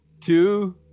two